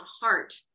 heart